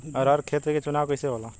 अरहर के खेत के चुनाव कइसे होला?